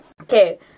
Okay